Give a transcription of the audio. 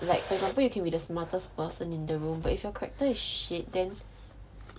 like for example you can be the smartest person in the room but if you character is shit then